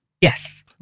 Yes